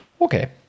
Okay